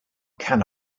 can